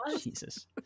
Jesus